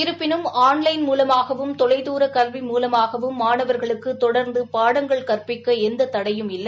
இருப்பினும் ஆன்லைன் மூலமாகவும் தொலைதூர கல்வி மூலமாகவும் மாணவர்களுக்கு தொடர்ந்து பாடங்கள் கற்பிக்க எந்த தடையும் இல்லை